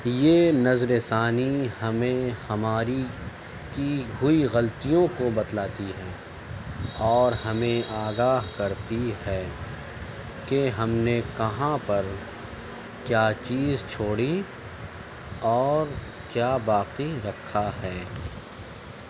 یہ نظر ثانی ہمیں ہماری کی ہوئی غلطیوں کو بتلاتی ہے اور ہمیں آگاہ کرتی ہے کہ ہم نے کہاں پر کیا چیز چھوڑی اور کیا باقی رکھا ہے